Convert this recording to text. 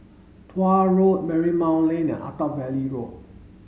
Tuah Road Marymount Lane Attap Valley Road